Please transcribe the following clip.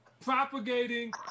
propagating